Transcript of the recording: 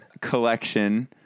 collection